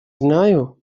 знаю